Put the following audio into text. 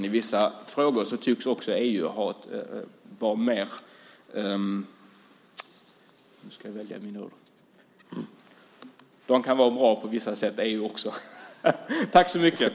I vissa frågor kan EU vara bra på vissa sätt. Tack så mycket, socialministern!